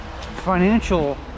financial